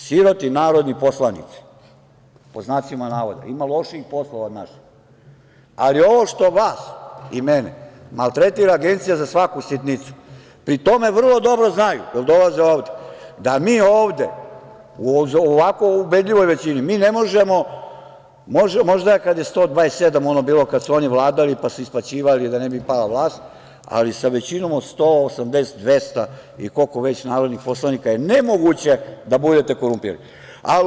Siroti narodni poslanik, pod znacima navoda, ima lošijih poslova od naših, ali ovo što vas i mene maltretira Agencija za svaku sitnicu, pri tome vrlo dobro znaju, jer dolaze ovde, da mi ovde u ovako ubedljivoj većini, možda kada je onda bilo 127, kad su oni vladali, pa se isplaćivali da ne bi pala vlast, ali sa većinom od 180, 200, ili koliko je već narodnih poslanika, je nemoguće da budete korumpirani.